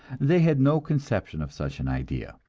they had no conception of such an idea.